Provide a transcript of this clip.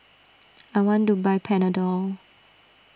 I want to buy Panadol